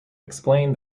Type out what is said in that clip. explained